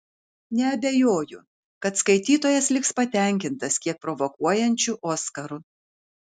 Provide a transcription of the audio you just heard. neabejoju kad skaitytojas liks patenkintas kiek provokuojančiu oskaru